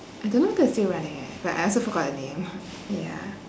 I don't know if that's still running eh but I also forgot the name ya